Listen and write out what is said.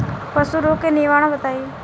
पशु रोग के निवारण बताई?